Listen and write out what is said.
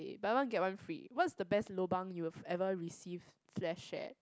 buy one get one free what is the best lobang you've ever received slash share